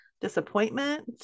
disappointment